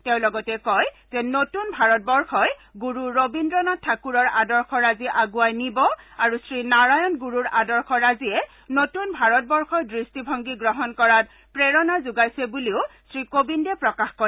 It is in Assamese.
তেওঁ লগতে কয় যে নতুন ভাৰতবৰ্ষই গুৰু ৰবীন্দ্ৰ নাথ ঠাকুৰৰ আদৰ্শৰাজি আণ্ডৱাই নিব আৰু শ্ৰীনাৰায়ণ গুৰুৰ আদৰ্শৰাজিয়ে নতুন ভাৰতবৰ্ষৰ দৃষ্টিভংগী গ্ৰহণ কৰাত প্ৰেৰণা যোগাইছে বুলিও শ্ৰীকোবিন্দে প্ৰকাশ কৰে